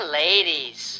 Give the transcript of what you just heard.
ladies